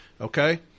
Okay